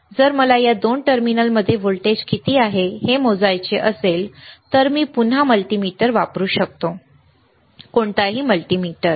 जर मला या दोन टर्मिनलमध्ये व्होल्टेज किती आहे हे मोजायचे असेल तर मी पुन्हा मल्टीमीटर वापरू शकतो ठीक आहे कोणताही मल्टीमीटर